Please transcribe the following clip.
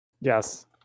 Yes